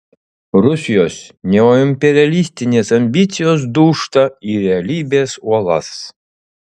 rusijos neoimperialistinės ambicijos dūžta į realybės uolas